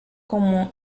como